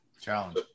Challenge